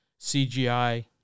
CGI